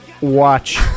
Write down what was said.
watch